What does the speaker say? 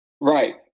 Right